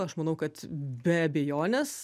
aš manau kad be abejonės